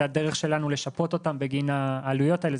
זה הדרך שלנו לשפות אותם בגין העלויות האלה.